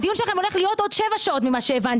הדיון שלכם הולך להימשך עוד שבע שעות על פי מה שהבנתי.